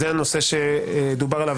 הנושא שדובר עליו,